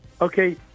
Okay